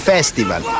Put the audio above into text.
Festival